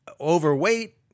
overweight